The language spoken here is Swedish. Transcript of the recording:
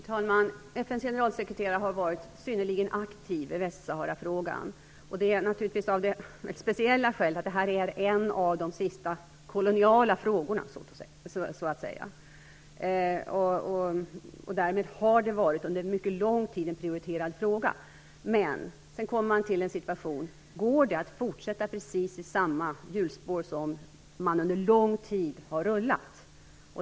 Herr talman! FN:s generalsekreterare har varit synnerligen aktiv i Västsahara-frågan av speciella skäl. Det är en av de sista koloniala frågorna. Därför har det under mycket lång tid varit en prioriterad fråga. Så kommer man till en situation där man måste fråga sig om det går att fortsätta i samma hjulspår som man under lång tid har följt.